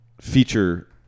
feature